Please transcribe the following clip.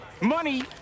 money